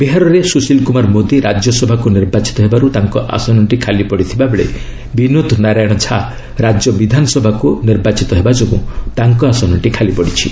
ବିହାରରେ ସୁଶୀଲ କୁମାର ମୋଦୀ ରାଜ୍ୟସଭାକୁ ନିର୍ବାଚିତ ହେବାରୁ ତାଙ୍କ ଆସନଟି ଖାଲି ପଡ଼ିଥିବା ବେଳେ ବିନୋଦ ନାରାୟଣ ଝା ରାଜ୍ୟ ବିଧାନସଭାକୁ ନିର୍ବାଚନ ହେବା ଯୋଗୁଁ ତାଙ୍କ ଆସନଟି ଖାଲି ପଡ଼ିଛି